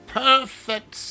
perfect